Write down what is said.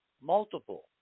multiple